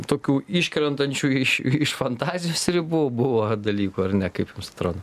tokių iškrentančių iš iš fantazijos ribų buvo dalykų ar ne kaip jums atrodo